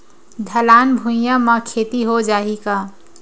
ढलान भुइयां म खेती हो जाही का?